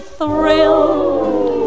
thrilled